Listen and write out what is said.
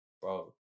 bro